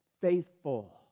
faithful